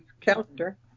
calendar